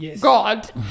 god